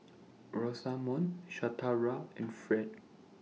Rosamond Shatara and Ferd